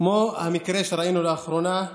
כמו המקרים שראינו לאחרונה,